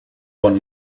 von